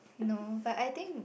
no but I think